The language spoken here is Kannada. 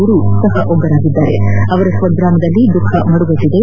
ಗುರು ಸಹ ಒಬ್ಬರಾಗಿದ್ದು ಅವರ ಸ್ವಗ್ರಾಮದಲ್ಲಿ ದುಃಖ ಮಡುಗಟ್ಟಿದೆ